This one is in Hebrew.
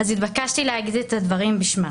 נתבקשתי להגיד את הדברים בשמה.